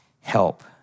help